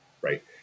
right